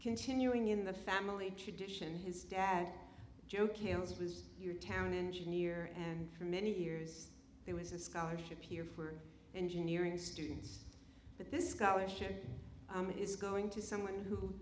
continuing in the family tradition his dad joe kills was your town engineer and for many years there was a scholarship here for engineering students but this scholarship is going to someone who